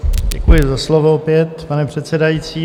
Děkuji za slovo opět, pane předsedající.